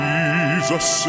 Jesus